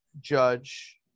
Judge